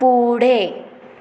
पुढे